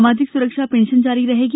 सामाजिक स्रक्षा पेंशन जारी रहेगी